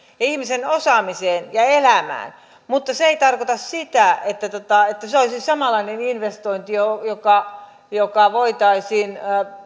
ja ihmisen osaamiseen ja elämään mutta se ei tarkoita sitä että se olisi samanlainen investointi joka joka voitaisiin